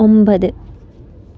ഒമ്പത്